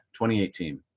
2018